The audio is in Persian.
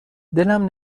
دلمم